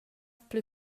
plü